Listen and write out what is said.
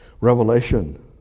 Revelation